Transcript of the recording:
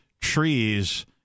trees